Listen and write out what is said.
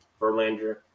Verlander